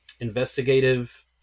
investigative